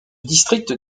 district